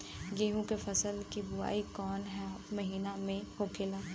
गेहूँ के फसल की बुवाई कौन हैं महीना में होखेला?